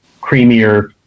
creamier